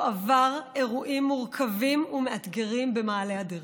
עבר אירועים מורכבים ומאתגרים במעלה הדרך,